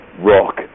rock